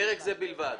"פרק זה בלבד".